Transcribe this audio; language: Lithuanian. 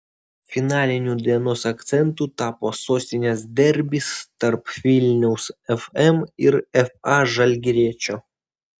finaliniu dienos akcentu tapo sostinės derbis tarp vilniaus fm ir fa žalgiriečio